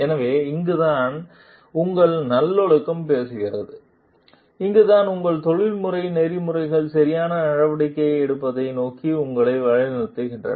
எனவே இங்குதான் உங்கள் நல்லொழுக்கம் பேசுகிறது இங்குதான் உங்கள் தொழில்முறை நெறிமுறைகள் சரியான நடவடிக்கை எடுப்பதை நோக்கி உங்களை வழிநடத்துகின்றன